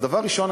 אז דבר ראשון,